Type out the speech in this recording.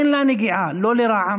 אין לה נגיעה לא לרע"מ,